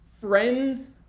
friends